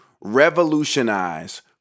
revolutionize